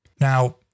Now